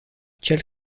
cel